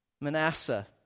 Manasseh